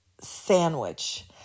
sandwich